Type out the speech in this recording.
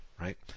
right